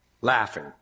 Laughing